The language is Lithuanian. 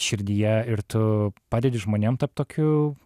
širdyje ir tu padedi žmonėm tapt tokiu